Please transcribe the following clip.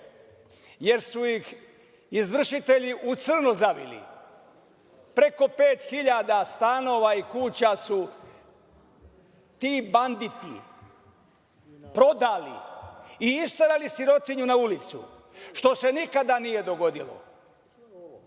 jer su ih izvršitelji u crno zavili. Preko 5.000 stanova i kuća su ti banditi prodali i isterali sirotinju na ulicu, što se nikada nije dogodilo,